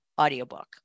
audiobook